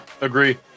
agree